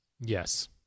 Yes